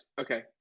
Okay